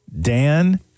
Dan